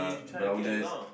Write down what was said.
uh rounders